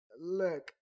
Look